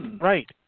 right